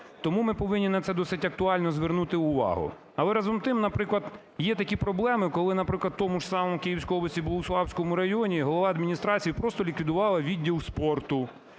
Тому ми повинні на це досить актуально звернути увагу. Але, разом з тим, наприклад, є такі проблеми, коли, наприклад, в тому ж самому, у Київській області у Богуславському районі голова адміністрації просто ліквідувала відділ спорту,